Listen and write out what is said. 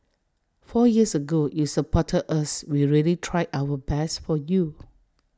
four years ago you supported us we really tried our best for you